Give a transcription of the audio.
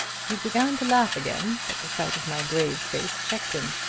he began to laugh again, but the sight of my grave face checked him.